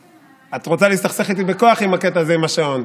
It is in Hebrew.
את רוצה להסתכסך איתי בכוח עם הקטע הזה עם השעון.